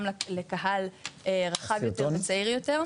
גם לקהל רחב יותר וצעיר יותר.